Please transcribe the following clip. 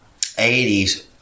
80s